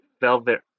velvet